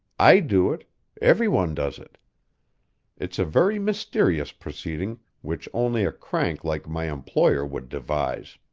i do it every one does it it's a very mysterious proceeding which only a crank like my employer would devise.